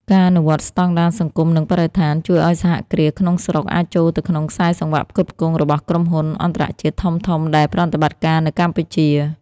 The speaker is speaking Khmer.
ការអនុវត្តស្ដង់ដារសង្គម និងបរិស្ថាន ជួយឱ្យសហគ្រាសក្នុងស្រុកអាចចូលទៅក្នុងខ្សែសង្វាក់ផ្គត់ផ្គង់របស់ក្រុមហ៊ុនអន្តរជាតិធំៗដែលប្រតិបត្តិការនៅកម្ពុជា។